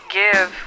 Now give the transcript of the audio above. give